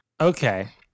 okay